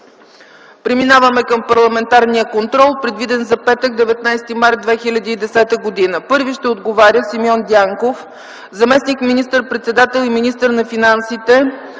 Преминаваме към Парламентарния контрол, предвиден за петък, 19 март 2010 г. Пръв ще отговаря Симеон Дянков – заместник министър-председател и министър на финансите,